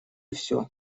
все